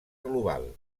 global